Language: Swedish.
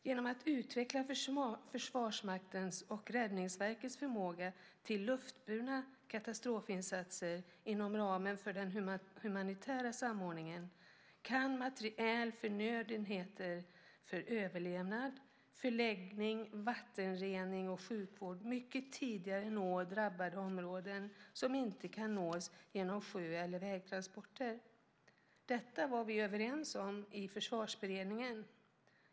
Genom att utveckla Försvarsmaktens och Räddningsverkets förmåga till luftburna katastrofinsatser inom ramen för den humanitära samordningen kan materiel och förnödenheter för överlevnad, förläggning, vattenrening och sjukvård mycket tidigare nå drabbade områden som inte kan nås genom sjö eller vägtransporter. Detta var vi överens om i Försvarsberedningen.